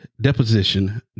deposition